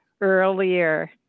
earlier